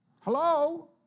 Hello